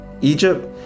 Egypt